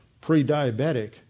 pre-diabetic